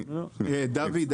דוד,